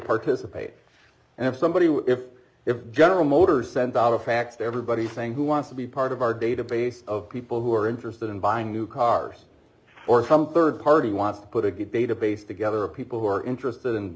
participate and if somebody would if if general motors sent out a fax to everybody saying who wants to be part of our database of people who are interested in buying new cars or some third party wants to put a good database together of people who are interested in